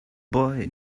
boy